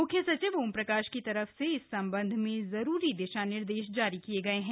म्ख्य सचिव ओम प्रकाश की तरफ से इस संबंध में जरूरी दिशा निर्देश जारी किए गए हैं